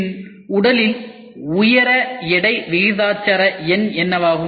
பின் உடலில் உயர எடை விகிதாச்சார எண் என்னவாகும்